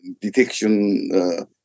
detection